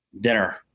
dinner